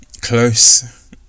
close